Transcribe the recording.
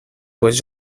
pues